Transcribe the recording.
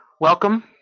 welcome